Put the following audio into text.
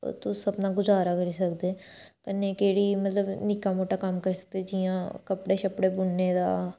तुस अपना गजारा करी सकदे कन्नै केह्ड़ी मतलब निक्का मुट्टा कम्म करी सकदे जियां कपड़े शपड़े बुनने दा